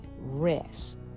rest